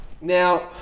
Now